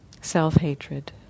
self-hatred